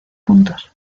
puntos